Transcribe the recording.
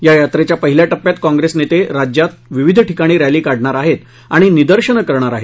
या यात्रेच्या पहिल्या टप्प्यात काँप्रेस नेते राज्यात विविध डिकाणी रॅली काढणार आहेत आणि निदर्शनं करणार आहेत